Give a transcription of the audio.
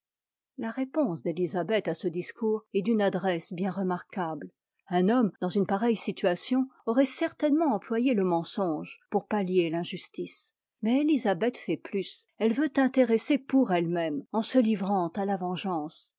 la réponse d'élisabeth à ce discours est d'une adresse bien remarquable un homme dans une pareille situation aurait certainement employé le mensonge pour pallier l'injustice mais elisabeth fait plus elle veut intéresser pour ette même en se livrant à la vengeance